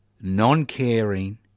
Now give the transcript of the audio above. non-caring